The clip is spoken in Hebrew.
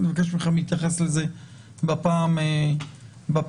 נבקש מכם להתייחס לזה בפעם הבאה.